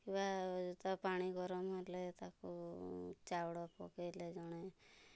କିବା ତା ପାଣି ଗରମ ହେଲେ ତାକୁ ଚାଉଳ ପକେଇଲେ ଜଣେ